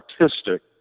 artistic